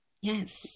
Yes